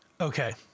Okay